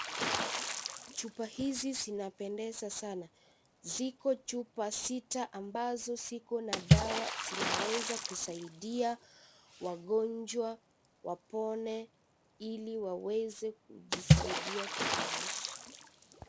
Chupa hizi zinapendeza sana, ziko chupa sita ambazo ziko na dawa zinaweza kusaidia wagonjwa wapone ili waweze kujisaidia kwenye maisha.